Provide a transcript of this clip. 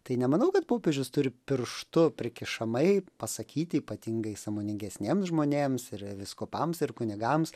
tai nemanau kad popiežius turi pirštu prikišamai pasakyti ypatingai sąmoningesniems žmonėms ir ir vyskupams ir kunigams